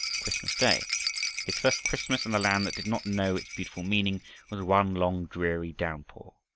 christmas day his first christmas in a land that did not know its beautiful meaning was one long dreary downpour.